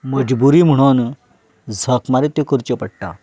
मजबुरी म्हणून झक मारीत त्यो करच्यो पडटा